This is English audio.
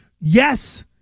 Yes